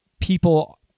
people